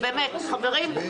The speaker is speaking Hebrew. חברים,